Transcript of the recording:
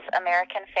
American